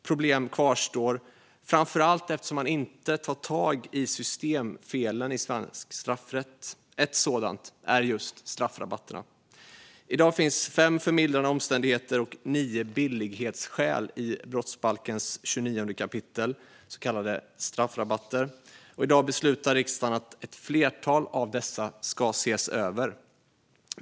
Problemen kvarstår, framför allt eftersom man inte tar tag i systemfelen i svensk straffrätt. Ett sådant är just straffrabatterna. I dag finns fem förmildrande omständigheter och nio billighetsskäl, så kallade straffrabatter, i brottsbalkens 29:e kapitel. I dag beslutar riksdagen att ett flertal av dessa ska ses över.